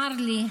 מר לי,